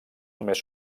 només